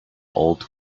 old